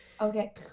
Okay